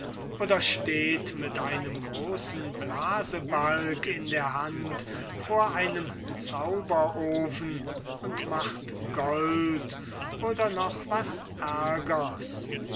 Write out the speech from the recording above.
oder steht mit einem großen blasebalg in der hand vor einem zauberofen und macht gold oder noch was